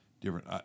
different